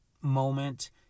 moment